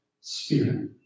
spirit